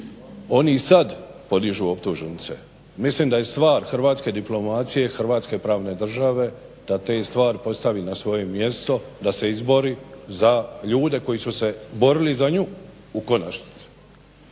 Oni i sad podižu optužnice. Mislim da je stvar hrvatske diplomacije, hrvatske pravne države da te stvari postavi na svoje mjesto, da se izbori za ljude koji su se borili za nju u konačnici.